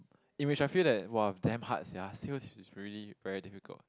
in which I feel that !wah! damn hard sia sales is really very difficult